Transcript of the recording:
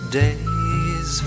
days